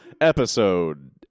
episode